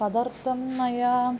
तदर्थं मया